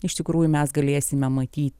iš tikrųjų mes galėsime matyt